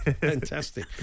fantastic